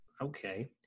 okay